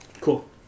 Cool